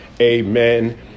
Amen